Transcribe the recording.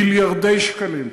מיליארדי שקלים.